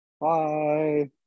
bye